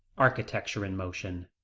architecture-in-motion,